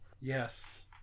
Yes